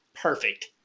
perfect